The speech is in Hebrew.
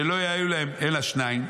שלא היו אלא שניים,